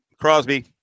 Crosby